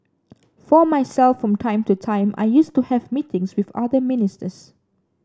for myself from time to time I used to have meetings with other ministers